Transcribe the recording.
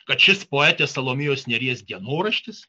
kad šis poetės salomėjos nėries dienoraštis